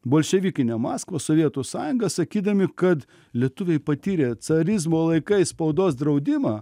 bolševikinę maskvą sovietų sąjungą sakydami kad lietuviai patyrė carizmo laikais spaudos draudimą